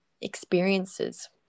experiences